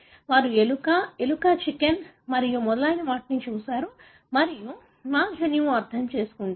వారు ఎలుక ఎలుక చికెన్ మరియు మొదలైన వాటిని చూశారు మరియు మా జన్యువును అర్థం చేసుకుంటారు